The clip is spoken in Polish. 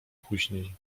później